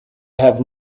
have